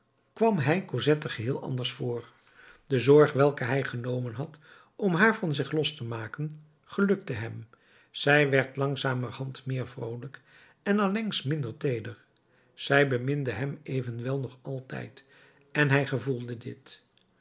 kwam hij cosette geheel anders voor de zorg welke hij genomen had om haar van zich los te maken gelukte hem zij werd langzamerhand meer vroolijk en allengs minder teeder zij beminde hem evenwel nog altijd en hij gevoelde dit